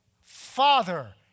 father